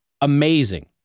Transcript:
amazing